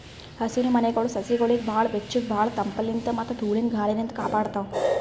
ಹಸಿರಮನೆಗೊಳ್ ಸಸಿಗೊಳಿಗ್ ಭಾಳ್ ಬೆಚ್ಚಗ್ ಭಾಳ್ ತಂಪಲಿನ್ತ್ ಮತ್ತ್ ಧೂಳಿನ ಗಾಳಿನಿಂತ್ ಕಾಪಾಡ್ತಾವ್